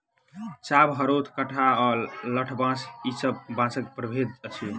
चाभ, हरोथ, कंटहा आ लठबाँस ई सब बाँसक प्रभेद अछि